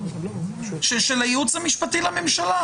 של הייעוץ המשפטי לממשלה.